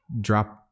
drop